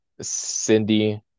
Cindy